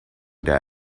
their